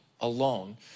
alone